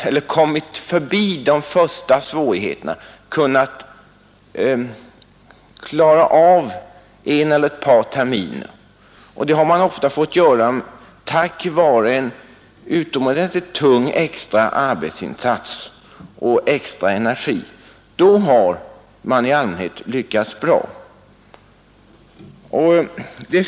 De som kommit över de första svårigheterna och kunnat klara av en eller ett par terminer — ofta tack vare en utomordentligt tung extra arbetsinsats och extra energi — har i allmänhet lyckats bra.